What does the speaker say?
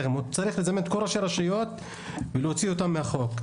-- צריך לזמן את כל ראשי הרשויות ולהוציא אותם מהחוק,